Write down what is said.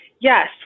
Yes